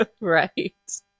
right